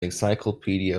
encyclopedia